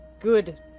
good